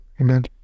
Amen